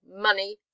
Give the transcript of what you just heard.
money